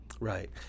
Right